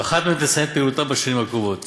ואחת מהן תסיים את פעילותה בשנים הקרובות,